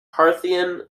parthian